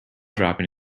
dropping